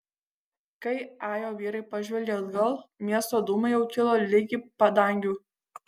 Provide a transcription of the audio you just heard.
kai ajo vyrai pažvelgė atgal miesto dūmai jau kilo ligi padangių